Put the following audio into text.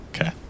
Okay